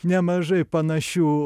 nemažai panašių